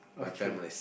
okay